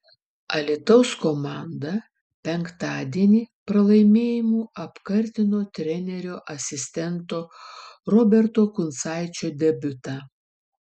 alytaus komanda penktadienį pralaimėjimu apkartino trenerio asistento roberto kuncaičio debiutą